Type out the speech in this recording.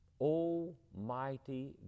Almighty